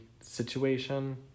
situation